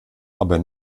aber